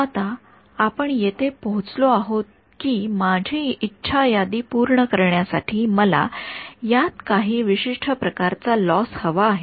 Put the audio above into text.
आता आपण येथे पोहोचलो आहोत की माझी इच्छा यादी पूर्ण करण्यासाठी मला यात काही विशिष्ट प्रकारचा लॉस हवा आहे